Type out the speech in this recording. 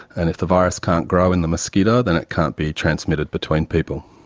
and if the virus can't grow in the mosquito then it can't be transmitted between people.